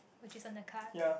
which is on the card